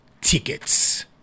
tickets